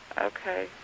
Okay